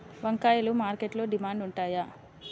వంకాయలు మార్కెట్లో డిమాండ్ ఉంటాయా?